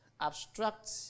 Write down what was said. abstract